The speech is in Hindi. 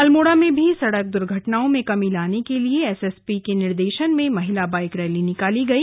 अल्मोडा में भी सड़क दुर्घटनाओं में कमी लाने के लिए एसएसपी के निर्देशन में महिला बाइक रैली निकली गई